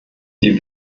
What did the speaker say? die